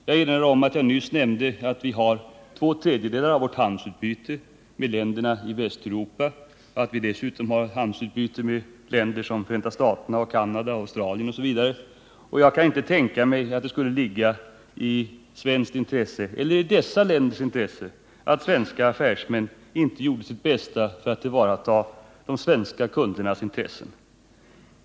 Jag erinrar om att jag nyss nämnde att två tredjedelar av vårt handelsutbyte sker med länderna i Västeuropa och att vi dessutom har handelsutbyte med länder som Förenta staterna, Canada och Australien. Jag kan inte tänka mig att det skulle ligga någon fördel för vårt land eller för dessa länder i att svenska affärsmän inte gjorde sitt bästa för att tillvarata de svenska kundernas intressen.